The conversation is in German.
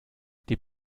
die